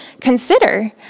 consider